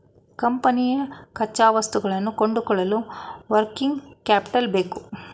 ಕಂಪನಿಯ ಕಚ್ಚಾವಸ್ತುಗಳನ್ನು ಕೊಂಡುಕೊಳ್ಳಲು ವರ್ಕಿಂಗ್ ಕ್ಯಾಪಿಟಲ್ ಬೇಕು